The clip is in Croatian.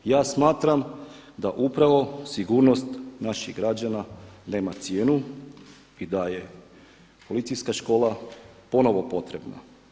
Ja smatram da upravo sigurnost naših građana nema cijenu i da je policijska škola ponovno potrebna.